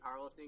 powerlifting